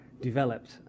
developed